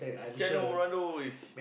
Christiano-Ronaldo is